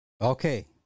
Okay